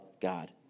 God